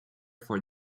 for